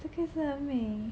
这个也是很美: zhe ge ye shi hen mei